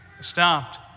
stopped